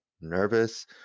nervous